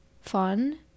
fun